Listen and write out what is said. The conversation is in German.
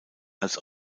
als